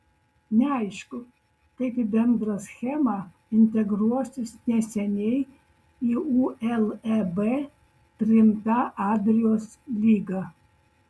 neaišku kaip į bendrą schemą integruosis neseniai į uleb priimta adrijos lyga